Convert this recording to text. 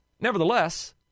Nevertheless